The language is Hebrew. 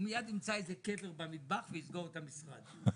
ומיד יימצא איזה קבר במטבח ויסגור את המשרד.